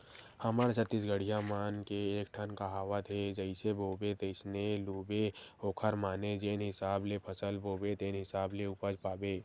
हमर छत्तीसगढ़िया मन के एकठन कहावत हे जइसे बोबे तइसने लूबे ओखर माने जेन हिसाब ले फसल बोबे तेन हिसाब ले उपज पाबे